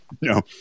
no